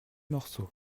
morceau